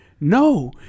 No